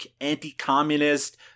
anti-communist